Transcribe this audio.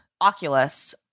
Oculus